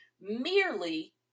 merely